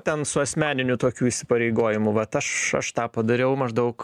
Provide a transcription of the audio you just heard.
ten su asmeniniu tokių įsipareigojimu vat aš aš tą padariau maždaug